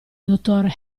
dottor